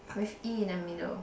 with E in the middle